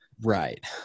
Right